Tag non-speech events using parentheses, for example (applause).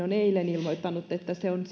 (unintelligible) on eilen ilmoittanut että se on (unintelligible)